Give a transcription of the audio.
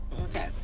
Okay